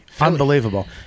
Unbelievable